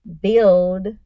build